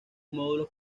módulos